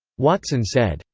watson said,